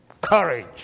Courage